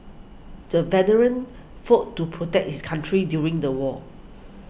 the veteran fought to protect his country during the war